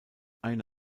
eine